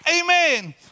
Amen